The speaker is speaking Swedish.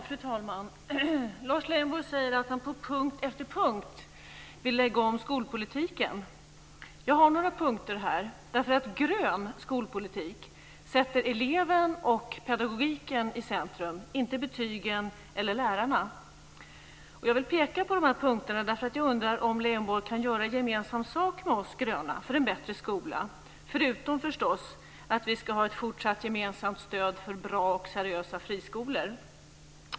Fru talman! Lars Leijonborg säger att han på punkt efter punkt vill lägga om skolpolitiken. Jag har här några punkter. Grön skolpolitik sätter eleven och pedagogiken i centrum, inte betygen eller lärarna. Jag vill peka på våra punkter, för jag undrar om Leijonborg kan göra gemensam sak med oss gröna för en bättre skola, förutom att vi ska ha ett fortsatt gemensamt stöd för bra och seriösa friskolor.